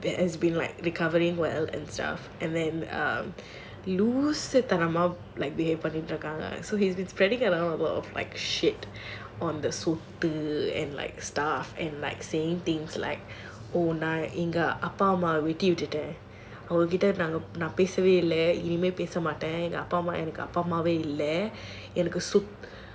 that has been like recovering well and stuff லூசுத்தனமா இது பண்ணிட்ருக்காங்க:loosuthanamaa idhu pannitrukaanga so he's been spreading around a lot of shit on the scooter and stuff and saying a lot of things like எங்க அப்பா அம்மா விட்டுட்டேன் அவங்ககிட்ட பேசுறதில்ல இனிமே பேசவே மாட்டேன் எங்க அப்பா அம்மா எனக்கு அப்பா அம்மாவே இல்ல எனக்கு சொத்து:enga appa amma vittuttaen avangakita pesurathilla inimae pesavae maattaen enga appa amma enakku appa